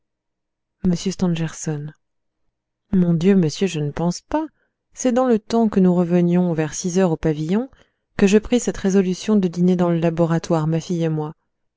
laboratoire m stangerson je ne pense pas c'est dans le temps que nous revenions vers six heures au pavillon que je pris cette résolution de dîner dans le laboratoire ma fille et moi